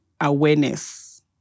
awareness